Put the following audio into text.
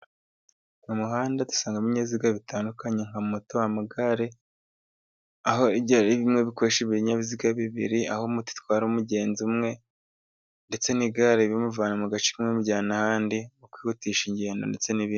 Mu muhanda dusangamo ibinyabiziga bitandukanye nka moto, amagare aho bimwe bikoresha ibinyabiziga bibiri, aho moto itwara umugenzi umwe ndetse n'igare bimuvanye mu gace, bimujyana ahandi, mu kwihutisha ingendo ndetse n'ibindi.